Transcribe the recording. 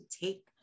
take